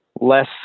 less